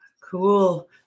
Cool